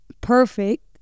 perfect